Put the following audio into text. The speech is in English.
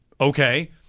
Okay